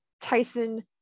Tyson